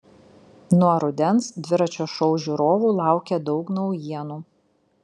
nuo rudens dviračio šou žiūrovų laukia daug naujienų